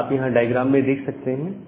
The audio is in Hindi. यह आप यहां डायग्राम में देख सकते हैं